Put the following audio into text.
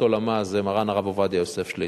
עולמה הוא מרן הרב עובדיה יוסף שליט"א,